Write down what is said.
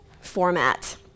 format